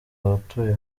abatuye